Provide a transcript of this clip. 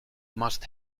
must